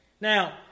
Now